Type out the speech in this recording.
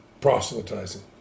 proselytizing